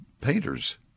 painters